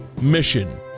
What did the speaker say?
Mission